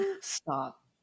stop